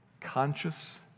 Conscious